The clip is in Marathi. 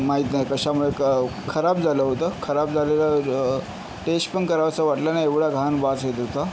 माहीत नाही कशामुळं क खराब झालं होतं खराब झालेलं टेष्ट पण करावंसं वाटलं नाही एवढा घाण वास येत होता